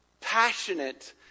passionate